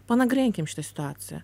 panagrinėkim šitą situaciją